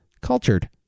cultured